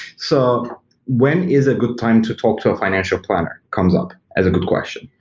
so when is a good time to talk to a financial planner comes up as a good question.